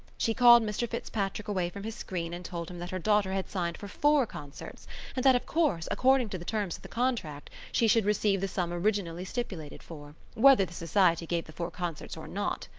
she called mr. fitzpatrick away from his screen and told him that her daughter had signed for four concerts and that, of course, according to the terms of the contract, she should receive the sum originally stipulated for, whether the society gave the four concerts or not.